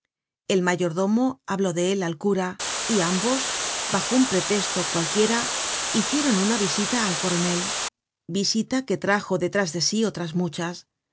el mayordomo habló de él al cura y ambos bajo un pretesto cualquiera hicieron una visita al coronel visita que trajo detrás de sí otras muchas